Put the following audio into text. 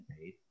paid